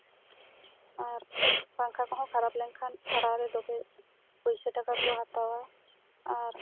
ᱟᱨ ᱯᱟᱝᱠᱷᱟ ᱠᱚᱦᱚᱸ ᱠᱷᱟᱨᱟᱯ ᱞᱮᱱᱠᱷᱟᱱ ᱥᱟᱨᱟᱣ ᱨᱮ ᱫᱚᱢᱮ ᱯᱩᱭᱥᱟᱹ ᱴᱟᱠᱟ ᱠᱚ ᱦᱟᱛᱟᱣᱟ ᱟᱨ